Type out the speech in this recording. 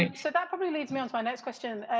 and so that probably lead mis on to my next question,